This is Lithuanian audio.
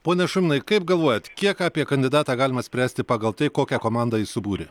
pone šarūnai kaip galvojat kiek apie kandidatą galima spręsti pagal tai kokią komandą jis subūrė